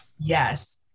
Yes